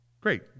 Great